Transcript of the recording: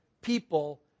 people